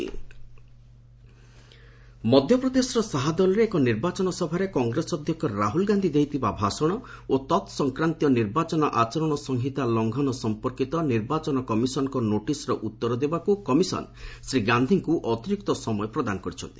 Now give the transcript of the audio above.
EC Rahul ମଧ୍ୟପ୍ରଦେଶର ଶାହାଦଲରେ ଏକ ନିର୍ବାଚନ ସଭାରେ କଂଗ୍ରେସ ଅଧ୍ୟକ୍ଷ ରାହୁଲ ଗାନ୍ଧି ଦେଇଥିବା ଭାଷଣ ଓ ତତ୍ସଫ୍ରାନ୍ତୀୟ ନିର୍ବାଚନ ଆଚରଣ ସଂହିତା ଲଙ୍ଘନ ସଂପର୍କୀତ ନିର୍ବାଚନ କମିଶନଙ୍କ ନୋଟିସ୍ର ଉତ୍ତର ଦେବାକୁ କମିଶନ୍ ଶ୍ରୀ ଗାନ୍ଧିଙ୍କୁ ଅତିରିକ୍ତ ସମୟ ପ୍ରଦାନ କରିଛନ୍ତି